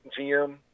GM